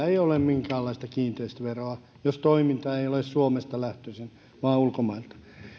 ei ole minkäänlaista kiinteistöveroa jos toiminta ei ole suomesta lähtöisin vaan ulkomailta